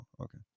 okay